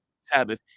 Sabbath